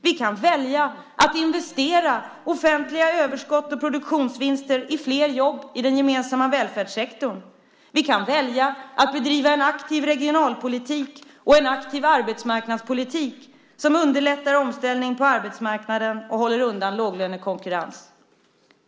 Vi kan välja att investera offentliga överskott och produktionsvinster i flera jobb i den gemensamma välfärdssektorn. Vi kan välja att bedriva en aktiv regionalpolitik och en aktiv arbetsmarknadspolitik som underlättar omställning på arbetsmarknaden och håller undan låglönekonkurrens.